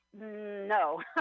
no